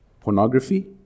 Pornography